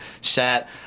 sat